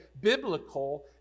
biblical